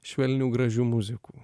švelnių gražių muzikų